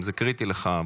אם זה קריטי לך.